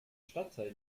stadtteil